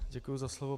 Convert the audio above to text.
Děkuji za slovo.